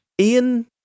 Ian